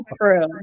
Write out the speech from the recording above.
true